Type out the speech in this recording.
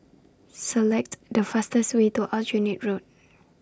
Select The fastest Way to Aljunied Road